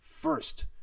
first